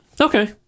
Okay